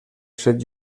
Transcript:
set